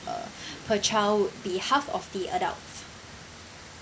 uh per child would be half of the adults